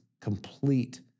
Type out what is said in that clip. complete